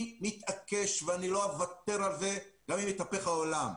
אז אני מצטרפת לקריאה לשמור על הייצור הישראלי,